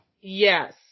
yes